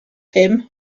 him